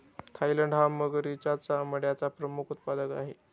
Thailand हा मगरीच्या चामड्याचा प्रमुख उत्पादक आहे